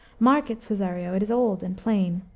mark it, cesario, it is old and plain.